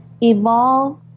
evolve